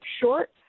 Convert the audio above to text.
short